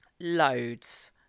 loads